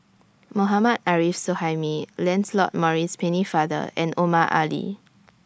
Mohammad Arif Suhaimi Lancelot Maurice Pennefather and Omar Ali